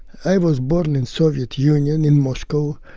i was born in soviet union, in moscow,